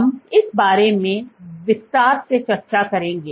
हम इस बारे में बाद में विस्तार से चर्चा करेंगे